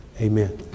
Amen